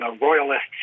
Royalists